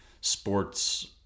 sports